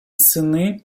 сини